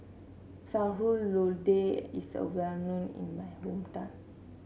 Sayur Lodeh is well known in my hometown